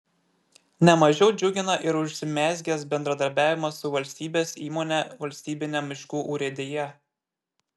ne mažiau džiugina ir užsimezgęs bendradarbiavimas su valstybės įmone valstybine miškų urėdija